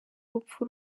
rupfu